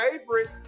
favorites